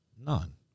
None